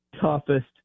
toughest